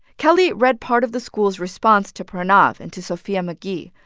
kelly read part of the school's response to pranav and to sophia mcgee,